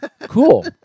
cool